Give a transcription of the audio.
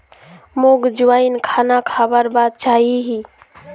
मोक अजवाइन खाना खाबार बाद चाहिए ही